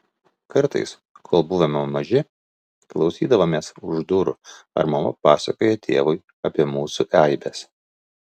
kartais kol buvome maži klausydavomės už durų ar mama pasakoja tėvui apie mūsų eibes